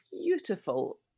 beautiful